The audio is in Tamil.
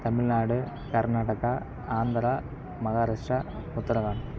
தமிழ்நாடு கர்நாடகா ஆந்திரா மகாராஷ்டிரா உத்தரகாண்ட்